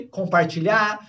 compartilhar